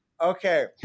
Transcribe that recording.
Okay